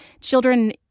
children